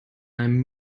einem